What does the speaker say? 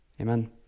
Amen